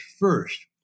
first